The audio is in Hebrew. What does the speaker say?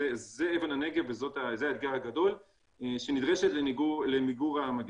זו אבן הנגב וזה האתגר הגדול שנדרשת למיגור המגפה.